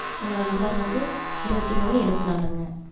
என்னோடய நம்பர் வந்து இருபத்தி மூணு எழுபத்தி நாலுங்க